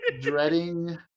dreading